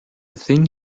thin